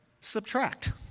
subtract